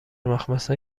مخمصه